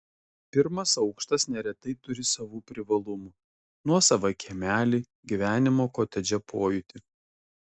pirmas aukštas neretai turi savų privalumų nuosavą kiemelį gyvenimo kotedže pojūtį